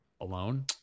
alone